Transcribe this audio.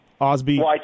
Osby